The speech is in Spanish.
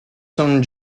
son